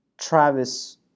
Travis